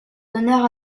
honneurs